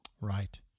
Right